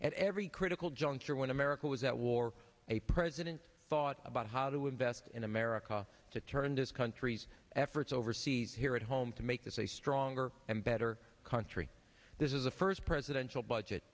at every critical juncture when america was at war a president thought about how to invest in america to turn this country's efforts overseas here at home to make this a stronger and better country this is the first presidential budget